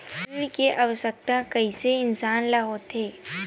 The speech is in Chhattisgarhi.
ऋण के आवश्कता कइसे इंसान ला होथे?